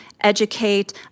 educate